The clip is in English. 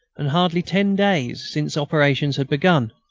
and hardly ten days since operations had begun.